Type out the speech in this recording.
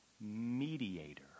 mediator